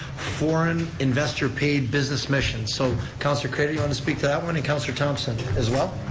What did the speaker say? foreign investor paid business missions. so, councilor craitor, you want to speak to that one, and councilor thomson, as well.